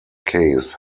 case